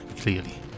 clearly